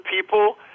people